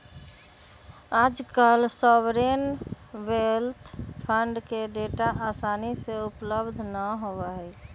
आजकल sovereign wealth fund के data आसानी से उपलब्ध ना होबा हई